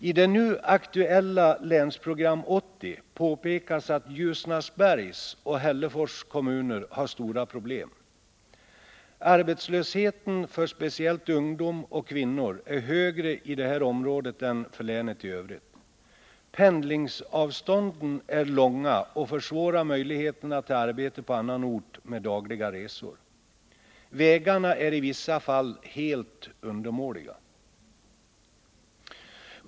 I det nu aktuella Länsprogram 80 påpekas att Ljusnarsbergs och Hällefors kommuner har stora problem. Arbetslösheten, speciellt bland ungdom och kvinnor, är högre i det här området än för länet i övrigt. Pendlingsavstånden är långa och försvårar möjligheterna till arbete på annan ort med dagliga resor. Vägarna är i vissa fall helt undermåliga.